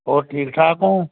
ਹੋਰ ਠੀਕ ਠਾਕ ਹੋ